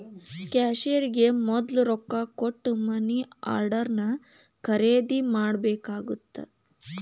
ಕ್ಯಾಶಿಯರ್ಗೆ ಮೊದ್ಲ ರೊಕ್ಕಾ ಕೊಟ್ಟ ಮನಿ ಆರ್ಡರ್ನ ಖರೇದಿ ಮಾಡ್ಬೇಕಾಗತ್ತಾ